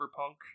cyberpunk